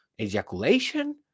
ejaculation